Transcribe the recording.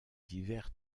divers